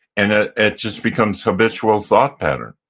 and ah it just becomes habitual thought pattern.